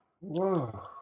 Whoa